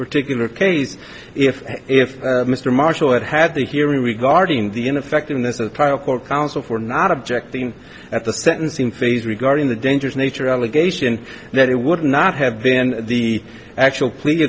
particular case if if mr marshall had had the hearing regarding the ineffectiveness of the trial court counsel for not objecting at the sentencing phase regarding the dangerous nature allegation that it would not have been the actual ple